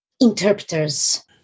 interpreters